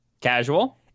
Casual